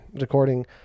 Recording